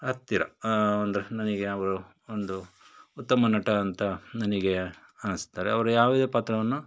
ಹತ್ತಿರ ಅಂದರೆ ನನಗೆ ಅವರು ಒಂದು ಉತ್ತಮ ನಟ ಅಂತ ನನಗೆ ಅನ್ನಿಸ್ತಾರೆ ಅವ್ರ ಯಾವುದೇ ಪಾತ್ರವನ್ನು